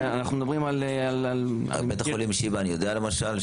אנחנו מדברים על --- על בית החולים שיבא אני יודע למשל.